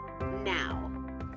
now